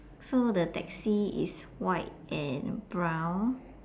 so the taxi is white and brown